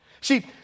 See